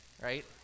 right